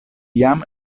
jam